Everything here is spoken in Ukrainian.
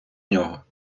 нього